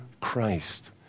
Christ